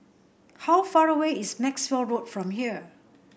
how far away is Maxwell Road from here